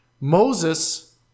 Moses